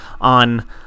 on